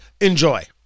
Enjoy